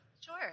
Sure